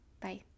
Bye